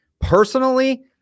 personally